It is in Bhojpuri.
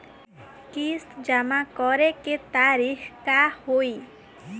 किस्त जमा करे के तारीख का होई?